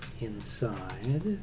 inside